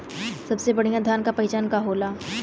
सबसे बढ़ियां धान का पहचान का होला?